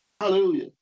hallelujah